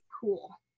cool